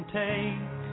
take